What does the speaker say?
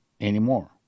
anymore